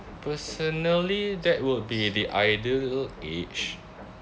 personally that would be the ideal age